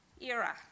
era